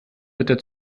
ritter